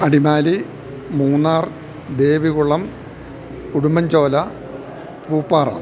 Adimali Munnar Devikulam Udumbanchola Pooppara